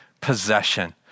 possession